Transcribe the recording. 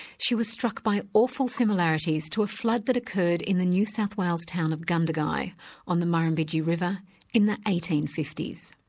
she was struck by awful similarities to a flood that occurred in the new south wales town of gundagai on the murrimbidgee river in the eighteen fifty s.